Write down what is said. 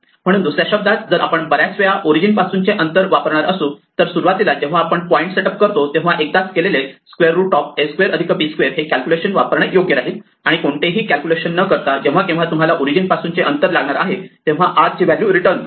म्हणून दुसऱ्या शब्दात जर आपण बऱ्याच वेळा O पासूनचे अंतर वापरणार असू तर सुरुवातीलाच जेव्हा आपण पॉईंट सेट अप करतो तेव्हा एकदाच केलेले √a2 b2 हे कॅल्क्युलेशन वापरणे योग्य राहील आणि फक्त कोणतेही कॅल्क्युलेशन न करता जेव्हा केव्हा तुम्हाला ओरिजिन पासूनचे अंतर लागणार आहे तेव्हा r ची व्हॅल्यू रिटर्न करा